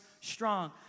strong